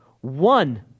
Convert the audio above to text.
One